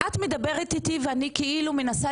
אני ביקשתי